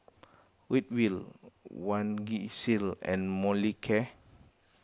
Ridwind Vagisil and Molicare